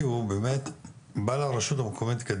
כי הוא באמת בא לרשות המקומית על